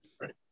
right